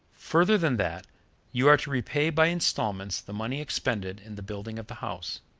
further than that you are to repay by installments the money expended in the building of the house.